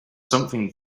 something